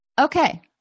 okay